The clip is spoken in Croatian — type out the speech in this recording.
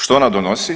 Što ona donosi?